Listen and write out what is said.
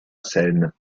seine